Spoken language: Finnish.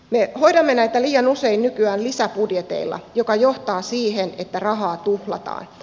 me hoidamme näitä liian usein nykyään lisäbudjeteilla mikä johtaa siihen että rahaa tuhlataan